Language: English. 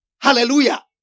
Hallelujah